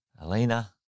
Alina